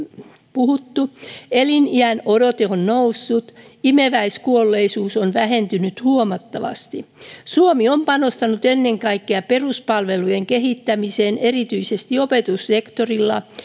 puhuttu eliniän odote on noussut ja imeväiskuolleisuus on vähentynyt huomattavasti suomi on panostanut ennen kaikkea peruspalvelujen kehittämiseen erityisesti opetussektorilla